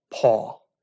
Paul